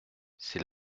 c’est